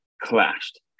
clashed